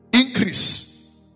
Increase